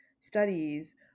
studies